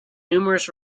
numerous